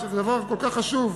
שזה דבר כל כך חשוב,